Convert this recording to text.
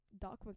Doc